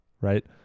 right